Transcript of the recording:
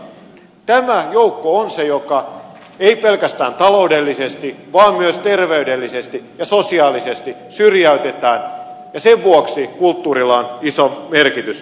tämä joukko on se joka ei pelkästään taloudellisesti vaan myös terveydellisesti ja sosiaalisesti syrjäytetään ja sen vuoksi kulttuurilla on iso merkitys